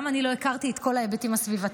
גם אני לא הכרתי את ההיבטים הסביבתיים.